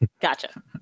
Gotcha